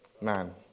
Man